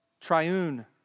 Triune